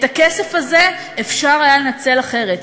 את הכסף הזה אפשר היה לנצל אחרת,